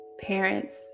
parents